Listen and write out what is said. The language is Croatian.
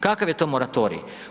Kakav je to moratorij?